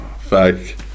Fake